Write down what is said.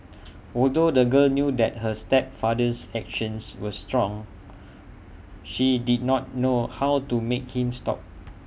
although the girl knew that her stepfather's actions were strong she did not know how to make him stop